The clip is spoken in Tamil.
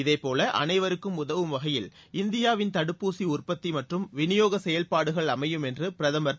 இதேபோல் அனைவருக்கும் உதவும் வகையில் இந்தியாவின் தடுப்பூசி உற்பத்தி மற்றும் விநியோகச் செயல்பாடுகள் அமையும் என்றும் பிரதமர் திரு